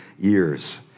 years